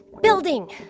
building